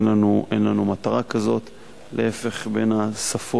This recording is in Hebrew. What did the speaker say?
אין לנו מטרה, להיפך, היא בין השפות